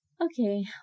okay